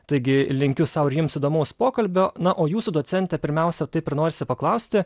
taigi linkiu sau ir jums įdomaus pokalbio na o jūsų docente pirmiausia taip ir norisi paklausti